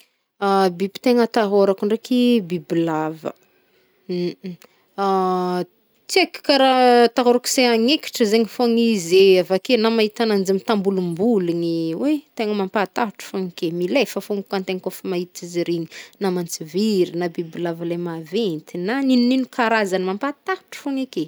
Biby tegna atahorako ndraiky, bibilava! Tsy eko karaha atahorako se hanekitry zegny fôgn izy e, avake na mahitagnanjy am tambolomboligny hoe tegna mampatahatro fôgna ke, milefa fôgna koa antegna koa efa mahita zare. Na mantsiviry na bibilava le maventy na n'ino n'ino karazany mampatahotro fôgna ke.